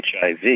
HIV